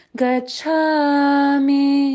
Gachami